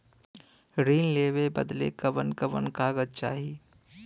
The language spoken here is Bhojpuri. ऋण लेवे बदे कवन कवन कागज चाही?